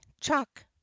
Chuck